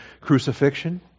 crucifixion